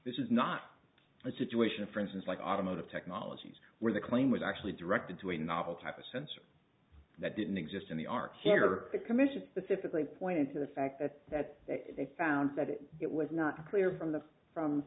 this is not a situation for instance like automotive technologies where the claim was actually directed to a novel type of sensor that didn't exist in the ark here the commission specifically pointed to the fact that they found that it was not clear from the from